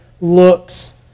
looks